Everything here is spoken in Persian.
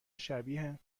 شبیه